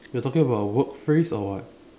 you are talking about a word phrase or what